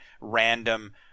random